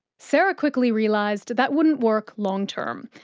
sarah quickly realised that wouldn't work long-term.